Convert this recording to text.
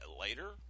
Later